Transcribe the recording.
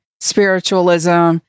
spiritualism